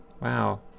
Wow